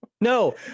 No